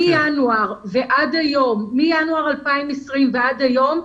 מינואר 2020 ועד היום,